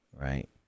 right